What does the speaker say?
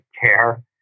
care